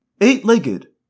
Eight-legged